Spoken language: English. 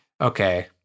okay